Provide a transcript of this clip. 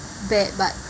bad but